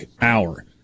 hour